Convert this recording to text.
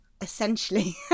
essentially